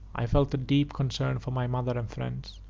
i felt a deep concern for my mother and friends,